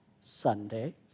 Sunday